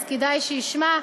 אז כדאי שישמע,